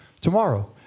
tomorrow